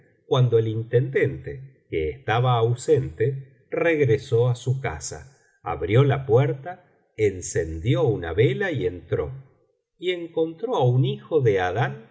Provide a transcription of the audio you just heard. cuando el intendente que estaba ausente regresó á su casa abrió la puerta encendió una vela y entró y encontró á un hijo de adán